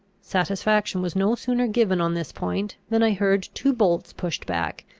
satisfaction was no sooner given on this point, than i heard two bolts pushed back,